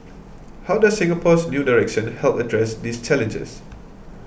how does Singapore's new direction help address these challenges